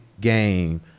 game